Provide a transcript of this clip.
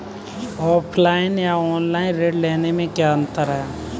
Offline और online ऋण लेने में क्या अंतर है?